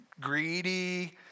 greedy